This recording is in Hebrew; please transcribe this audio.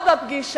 אבל יש